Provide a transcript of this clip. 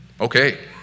Okay